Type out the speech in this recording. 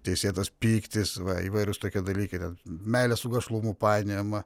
teisėtas pyktis va įvairūs tokie dalykai ten meilė su gašlumu painiojama